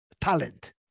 talent